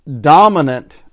dominant